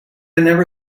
never